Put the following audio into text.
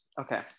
okay